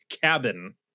cabin